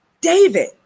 David